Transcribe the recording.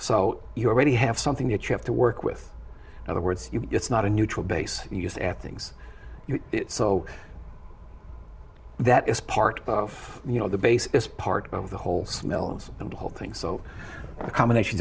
so you already have something that you have to work with other words it's not a neutral base you just at things so that is part of you know the base is part of the whole smells of the whole thing so the combination